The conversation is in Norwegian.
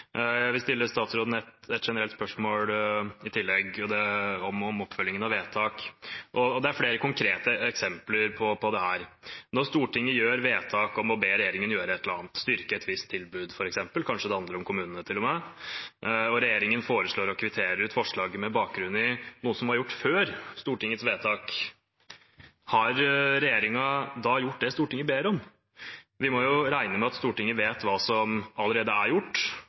Jeg vil stille statsråden et generelt spørsmål i tillegg, om oppfølgingen av vedtak. Det er flere konkrete eksempler på dette. Når Stortinget fatter vedtak om å be regjeringen gjøre et eller annet, f.eks. styrke et visst tilbud, kanskje det handler om kommunene til og med, og regjeringen foreslår å kvittere ut forslaget med bakgrunn i noe som var gjort før Stortingets vedtak, har regjeringen da gjort det Stortinget ber om? Vi må jo regne med at Stortinget vet hva som allerede er gjort,